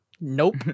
Nope